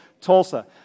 Tulsa